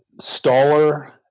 staller